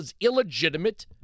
illegitimate